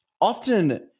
often